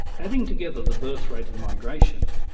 adding together the birth rate and migration,